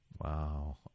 Wow